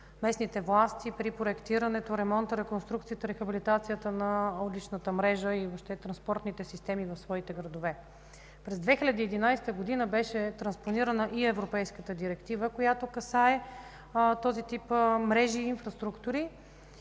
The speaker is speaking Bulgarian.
местните власти при проектирането, ремонта, реконструкцията и рехабилитацията на уличната мрежа и въобще транспортните системи в своите градове. През 2011 г. беше транспонирана и Европейската директива, която касае този тип мрежи и инфраструктури.